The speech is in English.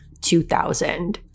2000